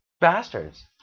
Bastards